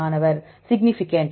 மாணவர் சிக்னிஃபிகேண்ட்